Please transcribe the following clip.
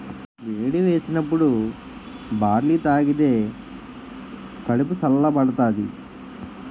వేడి సేసినప్పుడు బార్లీ తాగిదే కడుపు సల్ల బడతాది